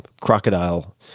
crocodile